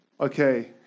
Okay